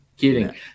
kidding